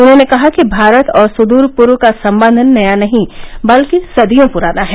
उन्होंने कहा कि भारत और सुदूरपूर्व का संबंध नया नहीं बल्कि सदियों पुराना है